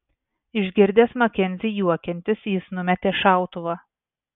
išgirdęs makenzį juokiantis jis numetė šautuvą